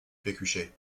pécuchet